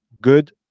good